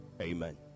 Amen